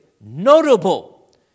Notable